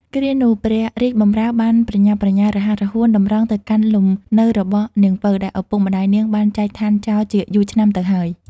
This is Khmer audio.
គ្រានោះ ព្រះរាជបម្រើបានប្រញាប់ប្រញាល់រហ័សរហួន តម្រង់ទៅកាន់លំនៅរបស់នាង ពៅ ដែលឪពុកម្ដាយនាងបានចែកឋានចោលជាយូរឆ្នាំទៅហើយ ។